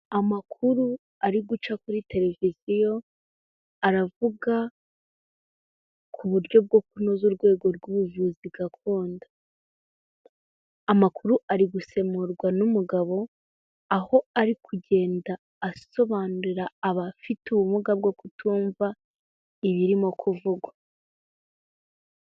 Amakuru ari guca kuri televiziyo, aravuga ku buryo bwo kunoza urwego rw'ubuvuzi gakondo, amakuru ari gusemurwa n'umugabo, aho ari kugenda asobanurira abafite ubumuga bwo kutumva, ibirimo kuvugwa.